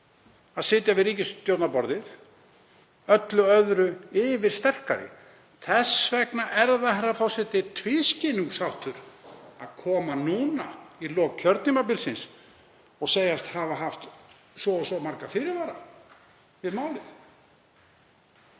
að sitja við ríkisstjórnarborðið öllu öðru yfirsterkari? Þess vegna er það, herra forseti, tvískinnungsháttur að koma núna í lok kjörtímabilsins og segjast hafa haft svo og svo marga fyrirvara við málið